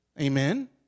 Amen